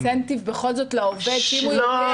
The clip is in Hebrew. אינסנטיב לעובד שאם הוא יודע --- לא,